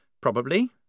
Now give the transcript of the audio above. Probably